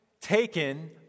taken